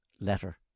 letter